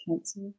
cancer